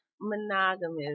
monogamous